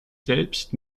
selbst